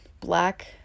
black